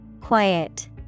Quiet